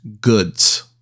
goods